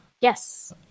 Yes